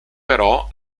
però